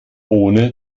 ohne